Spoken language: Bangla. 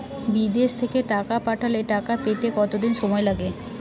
বিদেশ থেকে টাকা পাঠালে টাকা পেতে কদিন সময় লাগবে?